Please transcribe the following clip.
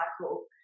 cycle